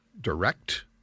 direct